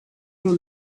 grow